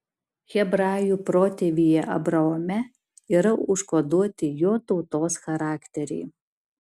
hebrajų protėvyje abraome yra užkoduoti jo tautos charakteriai